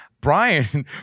Brian